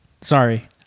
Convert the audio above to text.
sorry